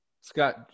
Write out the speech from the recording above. Scott